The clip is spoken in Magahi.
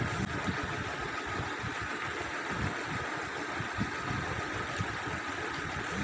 इस साल बजटेर बादे से तेलेर दाम बढ़ाय दियाल जाबे